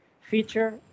feature